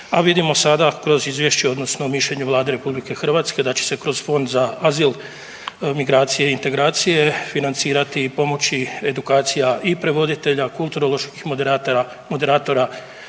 a vidimo sada kroz izvješće odnosno mišljenje Vlade RH da će se kroz Fond za azil, migracije i integracije financirati i pomoći edukacija i prevoditelja, kulturoloških moderatora,